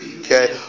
Okay